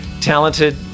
Talented